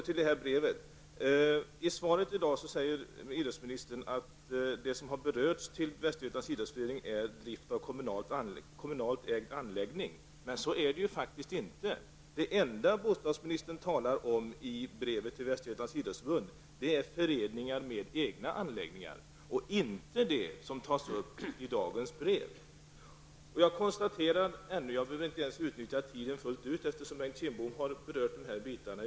Idrottsministern säger i svaret att det som har berört Västergötlands idrottsförening är drift av kommunalt ägd anläggning. Men så är det inte. Det enda bostadsministern talar om i brevet till Västergötlands idrottsförbund gäller föreningar med egna anläggningar, dvs. inte det som nämns i det brev vi talar om i dag. Jag behöver inte utnyttja tiden fullt ut eftersom Bengt Kindbom redan har berört detta.